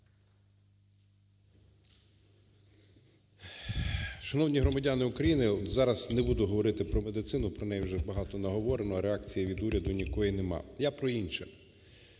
Шановні громадяни України, зараз не буду говорити про медицину, про неї вже багато наговорено, а реакції від уряду ніякої нема, я про інше.